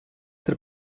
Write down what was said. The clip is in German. der